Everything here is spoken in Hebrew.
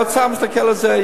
האוצר מסתכל על זה,